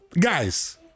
guys